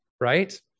right